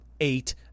Eight